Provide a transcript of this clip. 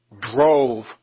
drove